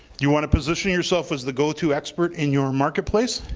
you want to position yourself as the go to expert in your marketplace.